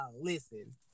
Listen